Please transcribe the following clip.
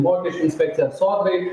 mokesčių inspekciją sodrai